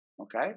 Okay